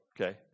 okay